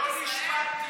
לא נשבעתי,